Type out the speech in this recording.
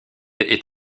est